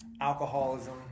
alcoholism